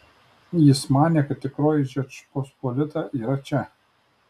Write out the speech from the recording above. jis manė kad tikroji žečpospolita yra čia